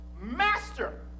Master